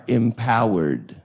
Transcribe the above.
empowered